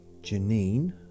Janine